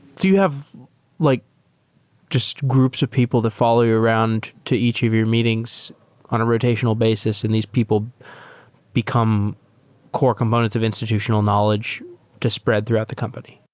you have like just groups of people that follow you around to each of your meetings on a rotational basis and these people become core components of institutional knowledge to spread throughout the company.